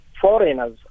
foreigners